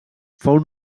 fou